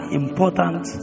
important